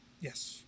Yes